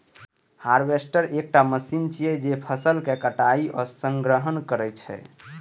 harvester एकटा machine छियै, जे फसलक कटाइ आ संग्रहण करै छै